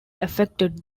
affected